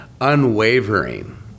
unwavering